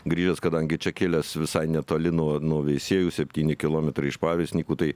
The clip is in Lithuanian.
grįžęs kadangi čia kilęs visai netoli nuo nuo veisiejų septyni kilometrai iš paviesnykų tai